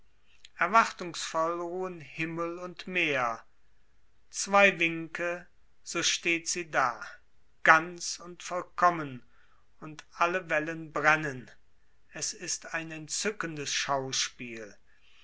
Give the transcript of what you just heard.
erwartungsvoll ruhen himmel und meer zwei winke so steht sie da ganz und vollkommen und alle wellen brennen es ist ein entzückendes schauspiel